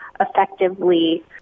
effectively